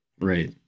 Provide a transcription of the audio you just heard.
Right